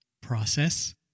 process